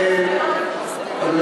אדוני